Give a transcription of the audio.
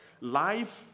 life